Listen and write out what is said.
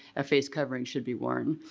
a face covering should be worn.